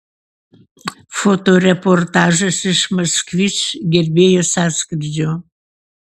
fotoreportažas iš moskvič gerbėjų sąskrydžio